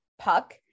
puck